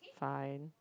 fine